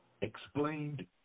explained